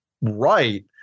right